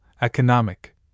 economic